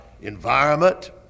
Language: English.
environment